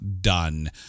done